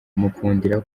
mukundira